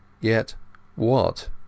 Yet—what